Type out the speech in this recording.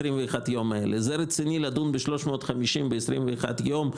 זה רציני לדון ב-350 מקרים ב-21 יום,